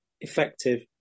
effective